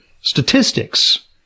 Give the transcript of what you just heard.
statistics